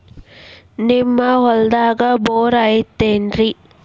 ನಿಮ್ಮ ಹೊಲ್ದಾಗ ಬೋರ್ ಐತೇನ್ರಿ?